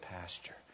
pasture